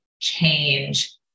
change